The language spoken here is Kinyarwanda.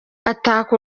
ataka